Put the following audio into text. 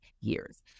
years